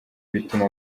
bituma